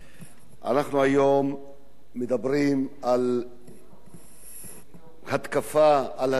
אנחנו היום מדברים על התקפה על התקשורת,